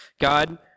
God